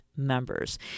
Members